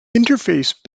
interface